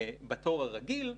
מהתור הרגיל,